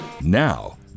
Now